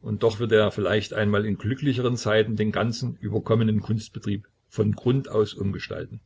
und doch wird er vielleicht einmal in glücklicheren zeiten den ganzen überkommenen kunstbetrieb von grund aus umgestalten